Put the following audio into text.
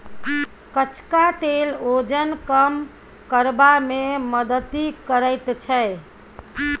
कचका तेल ओजन कम करबा मे मदति करैत छै